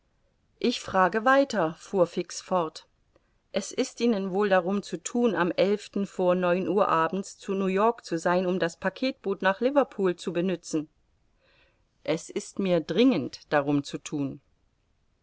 ich frage weiter fuhr fix fort es ist ihnen wohl darum zu thun am vor neun uhr abends zu new-york zu sein um das packetboot nach liverpool zu benützen es ist mir dringend darum zu thun